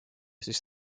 siis